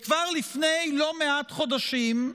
כבר לפני לא מעט חודשים,